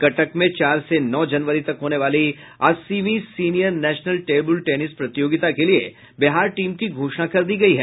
कटक में चार से नौ जनवरी तक होने वाली अस्सीवीं सीनियर नेशनल टेबुल टेनिस प्रतियोगिता के लिए बिहार टीम की घोषणा कर दी गयी है